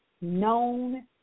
known